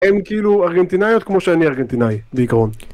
הם כאילו ארגנטינאיות כמו שאני ארגנטינאי בעיקרון